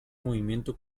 movimiento